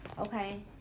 Okay